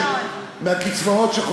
מהקצבאות,